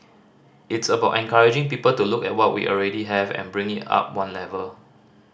it's about encouraging people to look at what we already have and bring it up one level